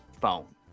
phone